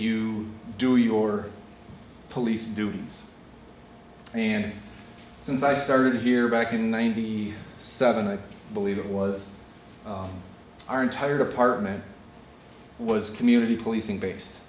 you do your police duties and since i started here back in ninety seven i believe it was our entire department was community policing base